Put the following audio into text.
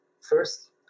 first